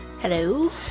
Hello